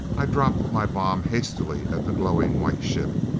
i dropped my bomb hastily at the glowing white ship.